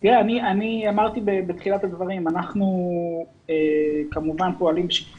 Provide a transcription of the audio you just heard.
אני אמרתי בתחילת הדברים שאנחנו כמובן פועלים בשיתוף